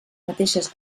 mateixes